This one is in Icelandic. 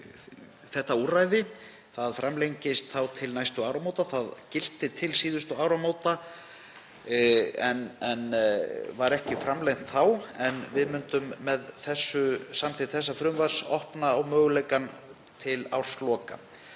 þetta úrræði framlengist til næstu áramóta. Það gilti til síðustu áramóta og var ekki framlengt þá en við myndum með samþykkt þessa frumvarps opna á möguleikann til ársloka.